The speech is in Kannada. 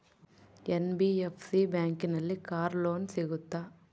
ಎನ್.ಬಿ.ಎಫ್.ಸಿ ಬ್ಯಾಂಕಿನಲ್ಲಿ ಕಾರ್ ಲೋನ್ ಸಿಗುತ್ತಾ?